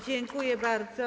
Dziękuję bardzo.